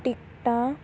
ਟਿਕਟਾਂ